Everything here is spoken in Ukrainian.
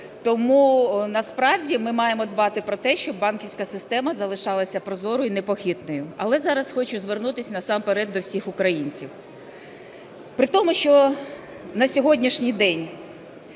Тому насправді ми маємо дбати про те, щоб банківська система залишалася прозорою і непохитною. Але зараз хочу звернутись насамперед до всіх українців. При тому, що на сьогоднішній день